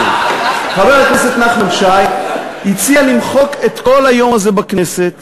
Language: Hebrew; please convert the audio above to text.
חבר הכנסת נחמן שי הציע למחוק את כל היום הזה בכנסת